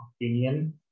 opinion